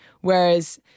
Whereas